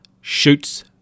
shoots